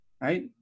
right